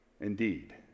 indeed